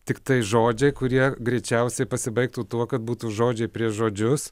tiktai žodžiai kurie greičiausiai pasibaigtų tuo kad būtų žodžiai prieš žodžius